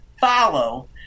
follow